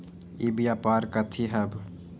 ई व्यापार कथी हव?